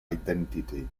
identity